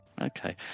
Okay